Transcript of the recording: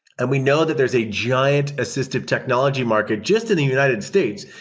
and we know that there's a giant assistive technology market just in the united states,